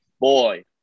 boy